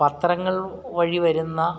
പത്രങ്ങൾ വഴി വരുന്ന